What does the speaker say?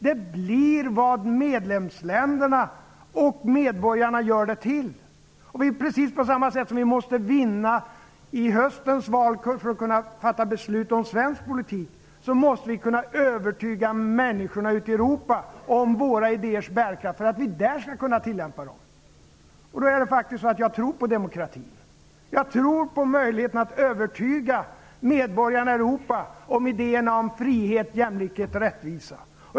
Den blir vad medlemsländerna och medborgarna gör den till. Precis på samma sätt som vi måste vinna i höstens val för att kunna fatta beslut om svensk politik måste vi kunna övertyga människorna ute i Europa om våra idéers bärkraft för att kunna tillämpa dem där. Och det är faktiskt så att jag tror på demokratin. Jag tror på möjligheten att övertyga medborgarna i Europa om idéerna om frihet, jämlikhet och rättvisa.